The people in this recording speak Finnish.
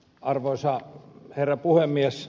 arvoisa herra puhemies